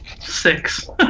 Six